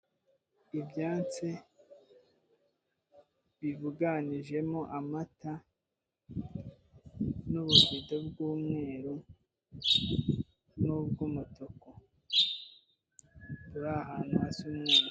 Ibyansi bibuganijemo amata n'ubuvido bw'umweru n'ubw'umutuku buri ahantu hasa umweru.